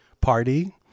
party